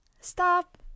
Stop